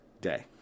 day